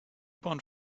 bahn